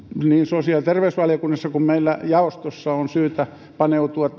niin sosiaali ja terveysvaliokunnassa kuin meillä jaostossa on syytä paneutua